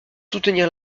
soutenir